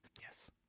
Yes